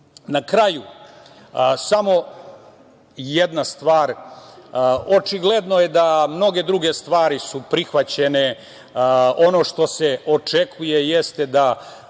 kraju, samo jedna stvar. Očigledno je da mnoge druge stvari su prihvaćene. Ono što se očekuje jeste da